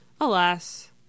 Alas